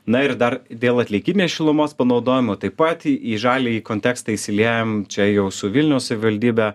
na ir dar dėl atliekinės šilumos panaudojimo taip pat į į žaliąjį kontekstą įsiliejam čia jau su vilniaus savivaldybe